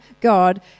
God